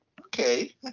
Okay